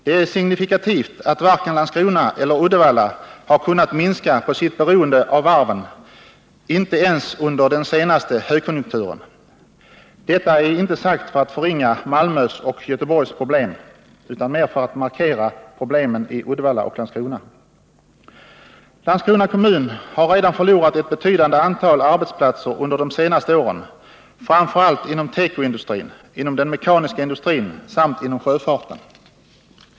Det är signifikativt att varken Landskrona eller Uddevalla har kunnat minska på sitt beroende av varven — inte ens under den senaste högkonjunkturen. Detta är inte sagt för att förringa Malmös och Göteborgs problem utan mer för att markera problemen i Uddevalla och Landskrona. : Landskrona kommun har redan förlorat ett betydande antal arbetsplatser under de senaste åren, framför allt inom tekoindustrin, den mekaniska industrin samt sjöfarten.